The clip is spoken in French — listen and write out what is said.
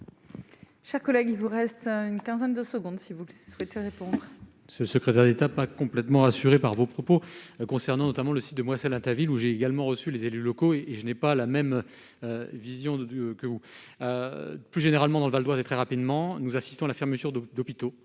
Chers collègues, il vous reste une quinzaine de secondes, si vous le souhaitez, répond. Ce secrétaire d'État, pas complètement assurée par vos propos concernant notamment le site de moi c'est ta ville où j'ai également reçu les élus locaux et je n'ai pas la même vision de Dieu que vous plus généralement dans le Val d'Oise et très rapidement, nous assistons à la fermeture d'hôpitaux